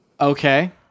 Okay